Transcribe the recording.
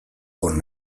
con